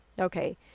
Okay